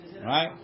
right